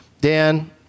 Dan